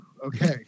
Okay